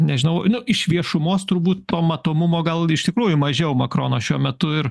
nežinau iš viešumos turbūt to matomumo gal iš tikrųjų mažiau makrono šiuo metu ir